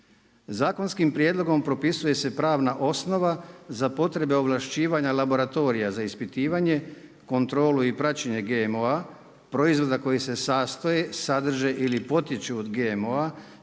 Zakonskim prijedlogom propisuje se pravna osnova, za potrebe ovlašćivanja laboratorija za ispitivanje, kontrolu i praćenje GMO, proizvoda koji se sastoje, sadrže ili potiču od GMO-a,